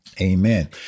Amen